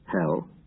Hell